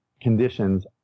conditions